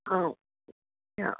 आं हा